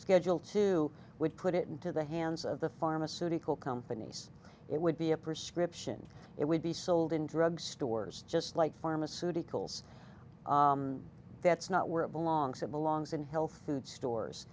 schedule two would put it into the hands of the pharmaceutical companies it would be a prescription it would be sold in drug stores just like pharmaceuticals that's not where it belongs it belongs in health food stores